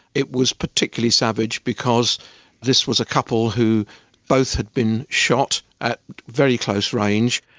it was particularly savage because this was a couple who both had been shot at very close range.